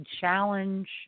challenge